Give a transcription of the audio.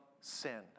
sin